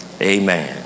Amen